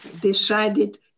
decided